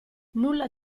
nulla